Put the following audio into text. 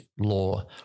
law